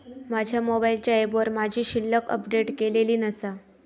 माझ्या मोबाईलच्या ऍपवर माझी शिल्लक अपडेट केलेली नसा